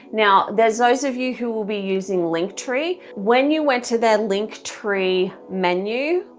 now there are those of you who will be using linktree when you went to their linktree menu,